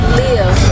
live